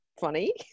funny